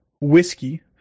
whiskey